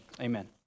amen